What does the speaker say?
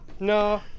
No